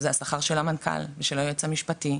זה השכר של המנכ"ל ושל היועץ המשפטי,